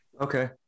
Okay